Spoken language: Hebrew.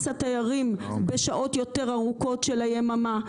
מסת תיירים בשעות יותר ארוכות של היממה.